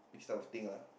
mix up of thing lah